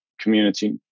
community